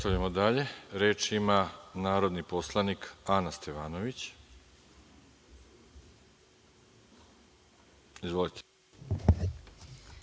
Nastavljamo dalje. Reč ima narodni poslanik Ana Stevanović. Izvolite.